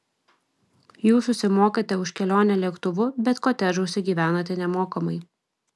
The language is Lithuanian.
jūs susimokate už kelionę lėktuvu bet kotedžuose gyvenate nemokamai